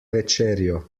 večerjo